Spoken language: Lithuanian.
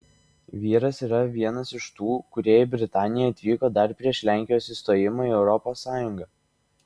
vyras yra vienas iš tų kurie į britaniją atvyko dar prieš lenkijos įstojimą į europos sąjungą